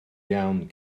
iawn